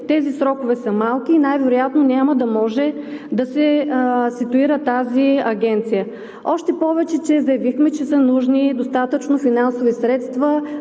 тези срокове са малки и най-вероятно няма да може да се ситуира тази агенция. Заявихме, че са нужни и достатъчно финансови средства,